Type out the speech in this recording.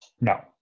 No